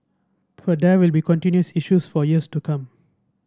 but there will be contentious issues for years to come